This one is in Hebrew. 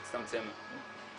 יצטמצמו.